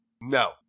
no